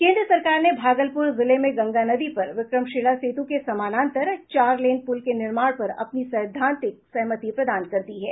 केंद्र सरकार ने भागलपुर जिले में गंगा नदी पर विक्रमशिला सेतु के समानांतर चार लेन पुल के निर्माण पर अपनी सैद्धांतिक सहमति प्रदान कर दी है